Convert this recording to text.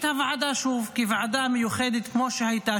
להקים את הוועדה שוב כוועדה מיוחדת כמו שהייתה,